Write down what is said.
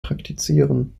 praktizieren